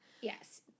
Yes